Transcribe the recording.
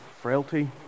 frailty